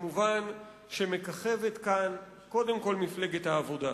מובן שמככבת כאן קודם כול מפלגת העבודה.